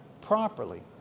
properly